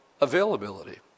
availability